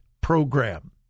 program